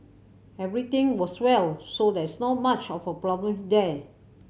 everything was well so there's not much of a problem there